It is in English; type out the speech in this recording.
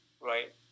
right